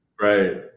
Right